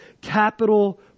capital